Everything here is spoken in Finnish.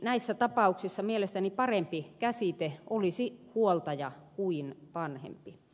näissä tapauksissa mielestäni parempi käsite olisi huoltaja kuin vanhempi